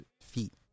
feet